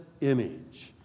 image